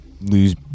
lose